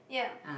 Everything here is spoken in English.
yeah